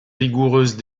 rigoureuse